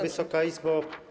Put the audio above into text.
Wysoka Izbo!